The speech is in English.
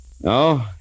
No